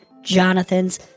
Jonathan's